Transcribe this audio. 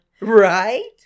Right